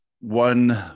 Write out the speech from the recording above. one